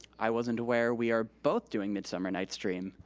i wasn't aware we are both doing midsummer night's dream,